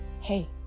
hey